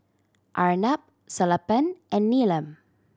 Arnab Sellapan and Neelam